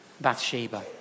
Bathsheba